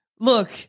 Look